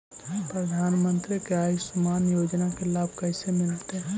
प्रधानमंत्री के आयुषमान योजना के लाभ कैसे मिलतै?